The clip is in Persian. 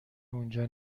اونجا